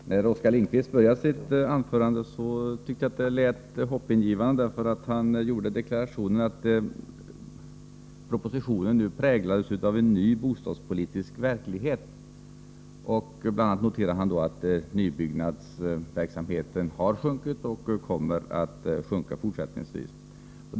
Herr talman! När Oskar Lindkvist började sitt anförande tyckte jag att det lät hoppingivande eftersom han gjorde deklarationen att propositionen nu präglas av en ny bostadspolitisk verklighet. Han noterade bl.a. att nybyggnadsverksamheten har sjunkit och att den även fortsättningsvis kommer att sjunka.